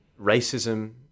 racism